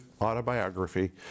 autobiography